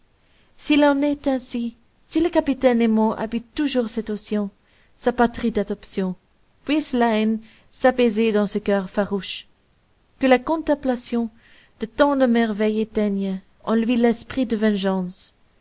s'il en est ainsi si le capitaine nemo habite toujours cet océan sa patrie d'adoption puisse la haine s'apaiser dans ce coeur farouche que la contemplation de tant de merveilles éteigne en lui l'esprit de vengeance